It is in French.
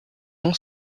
ont